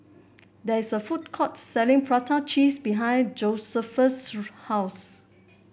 there is a food court selling Prata Cheese behind Josephus' house